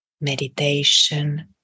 Meditation